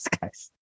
guys